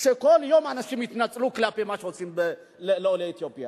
שכל יום אנשים יתנצלו כלפי מה שעושים לעולי אתיופיה.